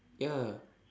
ya